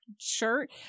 shirt